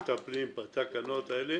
אנחנו מטפלים בתקנות האלה